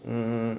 mmhmm